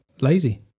lazy